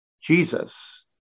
Jesus